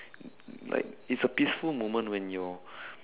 like it's a peaceful moment when your